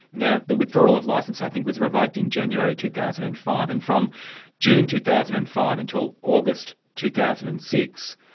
now the withdrawal of licence i think was revoked in january two thousand and five, and from june two thousand and five until august two thousand and six,